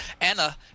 anna